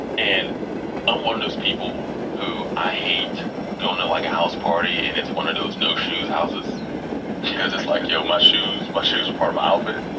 and i'm one of those people who i hate goin' to, like, a house party and it's one of those no-shoes houses cause it's like, yo, my shoes my shoes are part of my outfit.